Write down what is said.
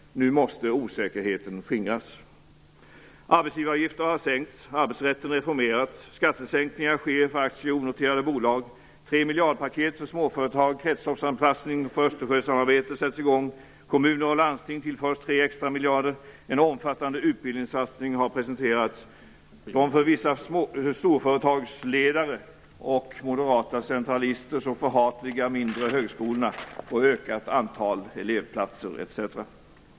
Nu måste osäkerheten skingras. Arbetsgivaravgifterna har sänkts, arbetsrätten har reformerats och skattesänkningar sker för aktier i onoterade bolag. Tre miljardpaket för småföretag, kretsloppsanpassning och Östersjösamarbete sätts i gång. Kommuner och landsting tillförs tre extra miljarder. En omfattande utbildningssatsning har presenterats. De för vissa storföretagsledare och moderata centralister så förhatliga mindre högskolorna får ökat antal elevplatser. Etc.